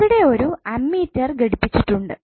ഇവിടെ ഒരു അമ്മീറ്റർ ഘടിപ്പിച്ചിട്ടുണ്ട്